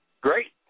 Great